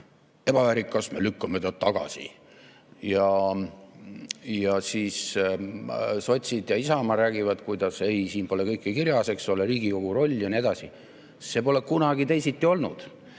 ebaväärikas, me lükkame ta tagasi. Sotsid ja Isamaa räägivad, kuidas siin pole kõike kirjas, eks ole – Riigikogu roll ja nii edasi. See pole kunagi teisiti olnud.